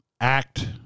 act